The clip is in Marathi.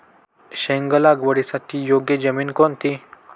शेंग लागवडीसाठी योग्य जमीन कोणती?